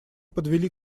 подвели